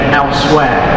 elsewhere